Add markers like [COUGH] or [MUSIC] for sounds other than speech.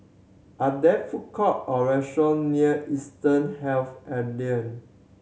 are there food courts or restaurants near Eastern Health [UNINTELLIGIBLE]